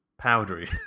powdery